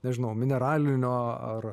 nežinau mineralinio ar